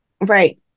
Right